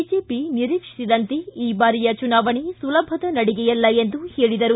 BJP ನಿರೀಕ್ಷಿಸಿದಂತೆ ಈ ಬಾರಿಯ ಚುನಾವಣೆ ಸುಲಭದ ನಡಿಗೆಯಲ್ಲಿ ಎಂದು ಹೇಳಿದರು